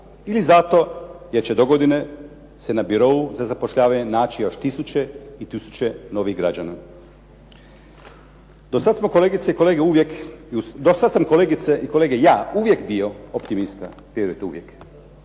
ili zato jer će dogodine se na birou za zapošljavanje naći još tisuće i tisuće novih građana? Do sad smo kolegice i kolege uvijek, do sad sam kolegice i kolege ja uvijek bio optimista, vjerujte uvijek.